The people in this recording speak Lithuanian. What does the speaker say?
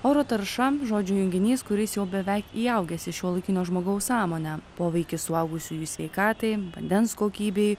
oro tarša žodžių junginys kuris jau beveik įaugęs į šiuolaikinio žmogaus sąmonę poveikis suaugusiųjų sveikatai vandens kokybei